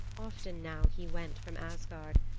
often now he went from asgard,